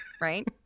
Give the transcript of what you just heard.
right